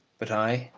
but i,